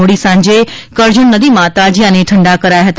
મોડી સાંજે કરણજ નદીમાં તાજિયાને ઠંડા કરાયા હતા